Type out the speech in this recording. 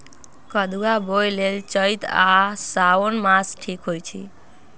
कदुआ बोए लेल चइत आ साओन मास ठीक होई छइ